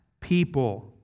people